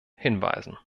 hinweisen